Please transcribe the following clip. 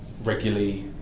regularly